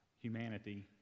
humanity